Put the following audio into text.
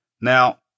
Now